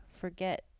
forget